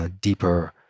deeper